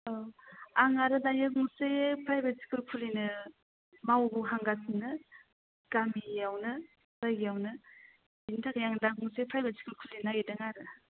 औ आं आरो दायो गंसे प्राइभेट स्कुल खुलिनो मावबो हांगासिनो गामियावनो जायगायावनो बिनि थाखाय आं मोनसे दा प्राइभेट स्कुल खुलिनो नागिरदों आरो